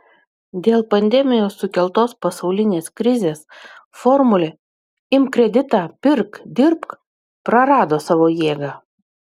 dėl pandemijos sukeltos pasaulinės krizės formulė imk kreditą pirk dirbk prarado savo jėgą